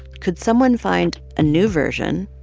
could someone find a new version?